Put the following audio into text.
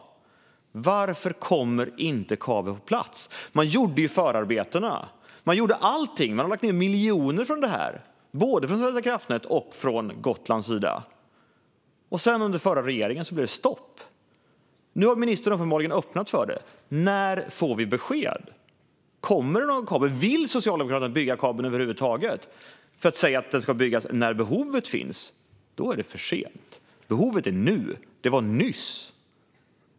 Varför kommer inte kabeln på plats? Man gjorde förarbetena. Man gjorde allting; man har lagt ned miljoner på detta både från Svenska kraftnäts och från Gotlands sida. Sedan, under den förra regeringen, blev det stopp. Nu har ministern uppenbarligen öppnat för detta. När får vi besked? Kommer det någon kabel? Vill Socialdemokraterna bygga kabeln över huvud taget? Ni säger att den ska byggas när behovet finns. Då är det för sent, för behovet finns nu . Det här var nyss.